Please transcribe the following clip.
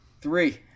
three